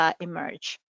emerge